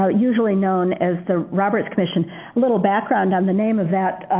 ah usually known as the roberts commission. a little background on the name of that,